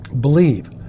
believe